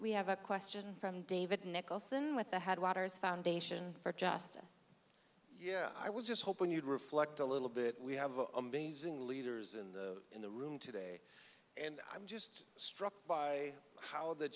we have a question from david nicholson with the had watters foundation for justice yeah i was just hoping you'd reflect a little bit we have a amazing leaders in the in the room today and i'm just struck by how the